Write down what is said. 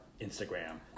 Instagram